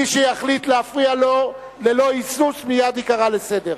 מי שיחליט להפריע לו, ללא היסוס מייד ייקרא לסדר.